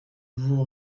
vous